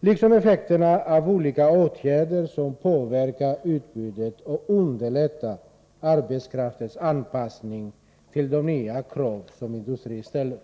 liksom effekten av olika åtgärder som påverkar utbudet och underlättar arbetskraftens anpassning till de nya krav som industrin ställer.